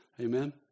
Amen